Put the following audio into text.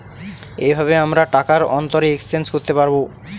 এইভাবে আমরা টাকার অন্তরে এক্সচেঞ্জ করতে পাবো